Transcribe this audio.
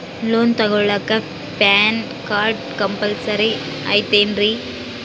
Loan ತೊಗೊಳ್ಳಾಕ PAN card compulsory ಐಯ್ತೇನ್ರಿ?